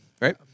right